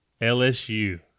LSU